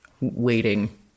waiting